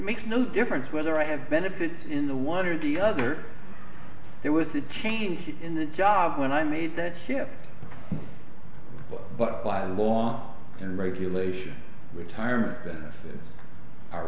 makes no difference whether i have benefits in the one or the other they were the change in the job when i made that book but by law and regulation retirement benefits are